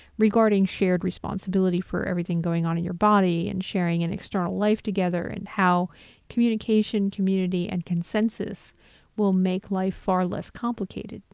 regarding shared responsibility for everything going on in your body and sharing an external life together and how communication, community and consensus will make life far less complicated.